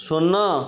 ଶୂନ